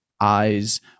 eyes